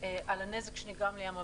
על הנזק שנגרם לים המלח,